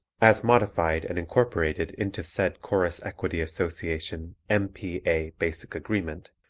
as modified and incorporated into said chorus equity association m p a. basic agreement,